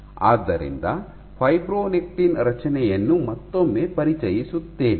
ಆದ್ದರಿಂದ ಫೈಬ್ರೊನೆಕ್ಟಿನ್ ರಚನೆಯನ್ನು ಮತ್ತೊಮ್ಮೆ ಪರಿಚಯಿಸುತ್ತೇನೆ